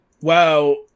wow